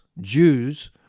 Jews